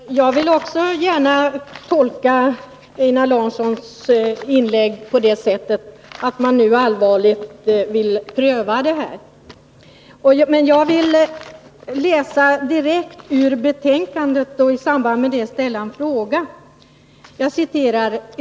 Herr talman! Jag vill också gärna tolka Einar Larssons inlägg på det sättet, att man nu allvarligt önskar pröva det föreslagna systemet. Men jag vill läsa direkt ur utskottsbetänkandet och i samband därmed ställa en fråga.